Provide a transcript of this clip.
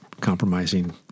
compromising